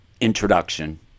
introduction